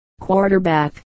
quarterback